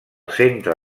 centre